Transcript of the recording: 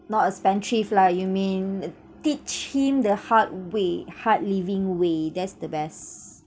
not a spendthrift lah you mean teach him the hard way hard living way that's the best